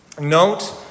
Note